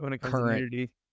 current